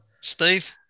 Steve